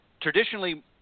traditionally